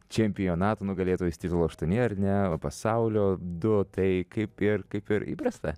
čempionato nugalėtojos titulų aštuoni ar ne pasaulio du tai kaip ir kaip ir įprasta